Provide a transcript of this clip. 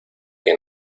que